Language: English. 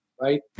right